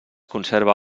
conserva